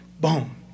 boom